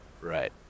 Right